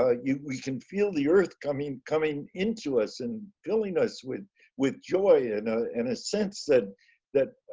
ah you can feel the earth coming, coming into us and building us with with joy and in a and ah sense that that